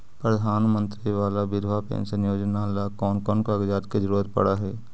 प्रधानमंत्री बाला बिधवा पेंसन योजना ल कोन कोन कागज के जरुरत पड़ है?